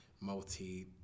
multi